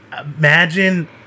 imagine